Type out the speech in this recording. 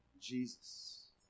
Jesus